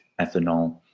ethanol